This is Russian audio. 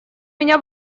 меня